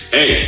Hey